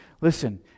Listen